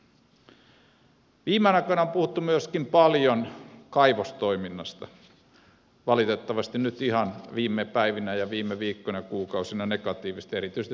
viime aikoina on puhuttu myöskin paljon kaivostoiminnasta valitettavasti nyt ihan viime päivinä ja viime viikkoina ja kuukausina negatiivisesti erityisesti talvivaarasta johtuen